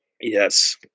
Yes